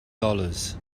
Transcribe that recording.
dollars